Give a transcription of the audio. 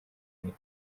neza